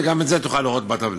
וגם את זה תוכל לראות בטבלה.